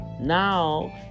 Now